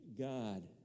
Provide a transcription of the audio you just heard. God